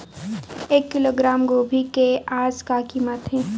एक किलोग्राम गोभी के आज का कीमत हे?